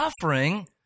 suffering